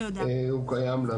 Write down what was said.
הוא קיים.